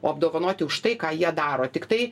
o apdovanoti už tai ką jie daro tiktai